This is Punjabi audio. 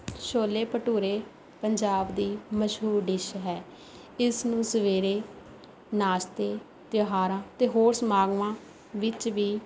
ਛੋਲੇ ਭਟੂਰੇ ਪੰਜਾਬ ਦੀ ਮਸ਼ਹੂਰ ਡਿਸ਼ ਹੈ ਇਸ ਨੂੰ ਸਵੇਰੇ ਨਾਸ਼ਤੇ ਤਿਉਹਾਰਾਂ ਅਤੇ ਹੋਰ ਸਮਾਗਮਾਂ ਵਿੱਚ ਵੀ